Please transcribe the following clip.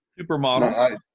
Supermodel